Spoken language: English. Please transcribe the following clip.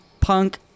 punk